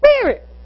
spirit